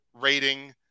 rating